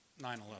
9-11